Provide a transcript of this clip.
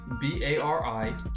B-A-R-I